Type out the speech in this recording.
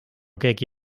keegi